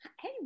Hey